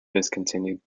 discontinued